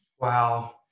Wow